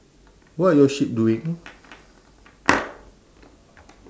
what are your sheep doing